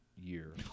year